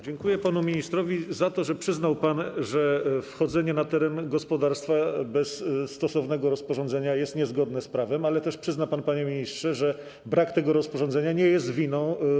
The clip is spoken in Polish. Dziękuję panu ministrowi za to, że przyznał pan, że wchodzenie na teren gospodarstwa bez stosownego rozporządzenia jest niezgodne z prawem, ale też przyzna pan, panie ministrze, że brak tego rozporządzenia nie jest winą mieszkańców.